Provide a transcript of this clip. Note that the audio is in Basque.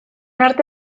arte